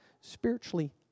spiritually